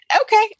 Okay